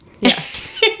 Yes